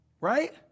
right